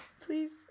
Please